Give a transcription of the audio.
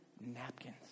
napkins